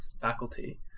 faculty